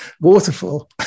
waterfall